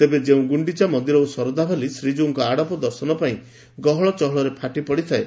ତେବେ ଯେଉଁ ଗୁଖିଚା ମନ୍ଦିର ଓ ଶରଧାବାଲି ଶ୍ରୀକୀଉଙ୍କ ଆଡପ ଦର୍ଶନ ପାଇଁ ଗହଳ ଚହଳରେ ଫାଟି ପଡିଥାଏ